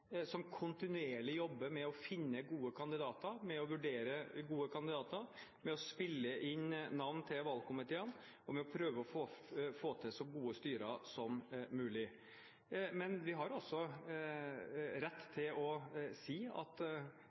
som kontinuerlig jobber med å finne og vurdere gode kandidater, med å spille inn navn til valgkomiteene og med å prøve å få til så gode styrer som mulig. Men vi har også rett til å si at